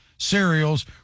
Cereals